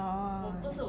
oh